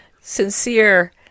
sincere